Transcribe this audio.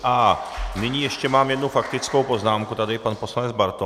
A nyní ještě mám jednu faktickou poznámku, pan poslanec Bartoň.